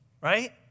right